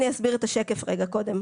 אני אסביר את השקף קודם.